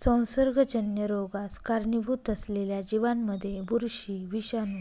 संसर्गजन्य रोगास कारणीभूत असलेल्या जीवांमध्ये बुरशी, विषाणू,